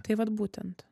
tai vat būtent